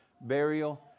burial